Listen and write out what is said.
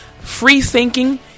free-thinking